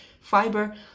fiber